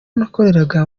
nakoreraga